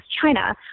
China